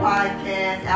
Podcast